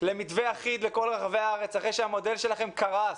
למתווה אחיד לכל רחבי הארץ אחרי שהמודל שלכם קרס.